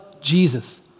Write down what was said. Jesus